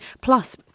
Plus